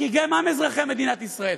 כי גם הם אזרחי מדינת ישראל.